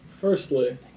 Firstly